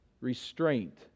Restraint